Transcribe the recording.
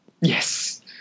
Yes